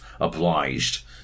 obliged